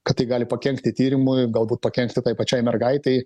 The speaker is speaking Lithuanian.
kad tai gali pakenkti tyrimui galbūt pakenkti pačiai mergaitei